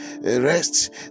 rest